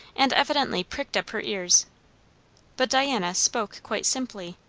and evidently pricked up her ears but diana spoke quite simply,